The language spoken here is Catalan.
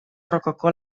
rococó